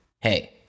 Hey